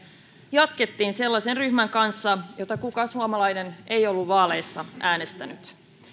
jatkettiin sellaisen ryhmän kanssa jota kukaan suomalainen ei ollut vaaleissa äänestänyt